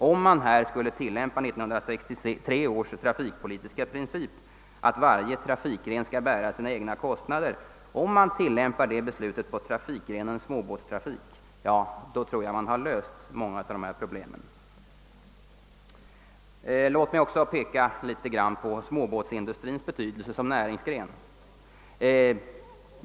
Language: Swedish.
Om man på småbåtstrafiken skulle tillämpa 1963 års trafikpolitiska princip att varje trafikgren skall bära sina egna kostnader tror jag att man löser många av dessa problem. Låt mig också något beröra småbåtsindustrins betydelse som näringsgren.